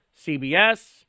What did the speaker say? CBS